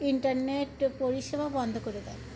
internet পরিষেবা বন্ধ করে দেয়